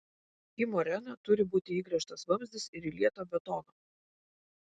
į moreną turi būti įgręžtas vamzdis ir įlieta betono